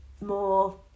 more